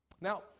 Now